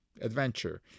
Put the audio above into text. adventure